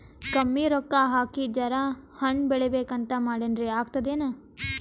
ಕಮ್ಮಿ ರೊಕ್ಕ ಹಾಕಿ ಜರಾ ಹಣ್ ಬೆಳಿಬೇಕಂತ ಮಾಡಿನ್ರಿ, ಆಗ್ತದೇನ?